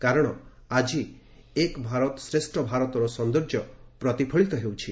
କାରଣ ଆଜି 'ଏକ୍ ଭାରତ୍ ଶ୍ରେଷ୍ ଭାରତ୍'ର ସୌନ୍ଦର୍ଯ୍ୟ ପ୍ରତିଫଳିତ ହେଉଛି